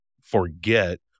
forget